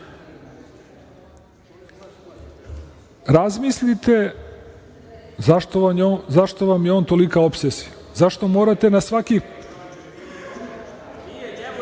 razmislite zašto vam je on tolika opsesija. Zašto morate na svaki…Ali,